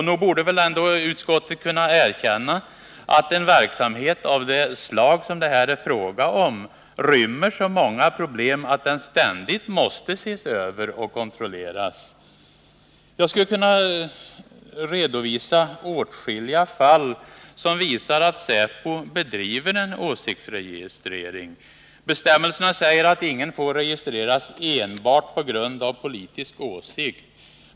Nog borde utskottet kunna erkänna att en verksamhet av det slag som det här är fråga om rymmer så många problem att den ständigt måste ses över och kontrolleras. Jag skulle kunna redovisa åtskilliga fall, som visar att säpo bedriver åsiktsregistrering. Bestämmelserna säger att ingen får registreras enbart på grund av politisk åsikt.